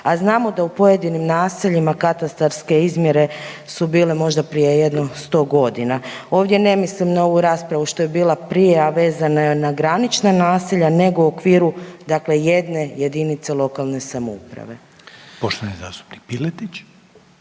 a znamo da u pojedinim naseljima katastarske izmjere su bile možda prije jedno 100 godina. Ovdje ne mislim na ovu raspravu što je bila prije, a vezana je na granična naselja, nego u okviru dakle jedne jedinice lokalne samouprave. **Reiner,